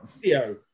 video